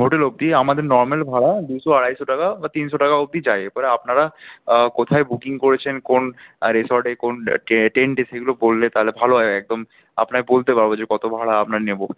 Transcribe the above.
hotel অবধি আমাদের normal ভাড়া দুইশো আড়াইশো টাকা বা তিনশো টাকা অবধি চাই এরপরে আপনারা কোথায় বুকিং করেছেন কোন রিসর্টে কোন টেন্টে সেগুলো বললে তাহলে ভালো হয় একদম আপনার বলতে পারবো যে কত ভাড়া আপনার নেবো